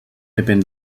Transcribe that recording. depèn